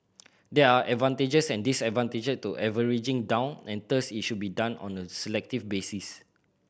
there are advantages and disadvantage to averaging down and thus it should be done on a selective basis